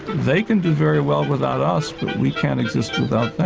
they can do very well without us but we can't exist without them.